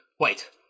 wait